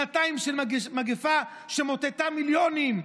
שנתיים של מגפה שמוטטה מיליונים,